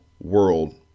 world